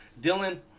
Dylan